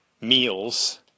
meals